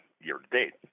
year-to-date